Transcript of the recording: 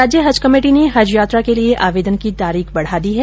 राज्य हज कमेटी ने हज यात्रा के लिए आवेदन की तारीख बढ़ा दी है